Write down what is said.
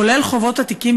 כולל חובות עתיקים,